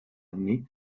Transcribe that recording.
anni